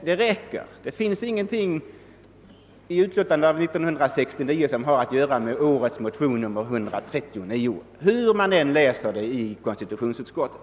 Det räcker; det finns ingenting i utlåtandet av år 1969 som har att göra med årets motion II:139, hur man än läser det i konstitutionsutskottet.